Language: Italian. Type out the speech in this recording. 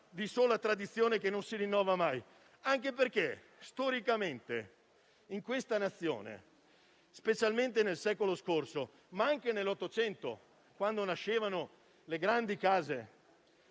di sola tradizione e che non si rinnova mai. Storicamente, in questa Nazione, specialmente nel secolo scorso, ma anche nell'Ottocento, quando nascevano le grandi case